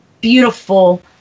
beautiful